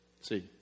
See